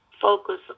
focus